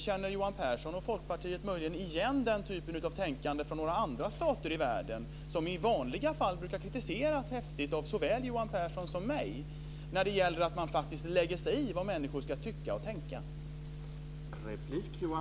Känner Johan Pehrson och Folkpartiet möjligen igen den typen av tänkande från några andra stater i världen, som i vanliga fall brukar kritiseras häftigt av såväl Johan Pehrson som mig? Det gäller att man faktiskt lägger sig i vad människor ska tycka och tänka.